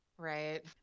Right